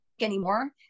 anymore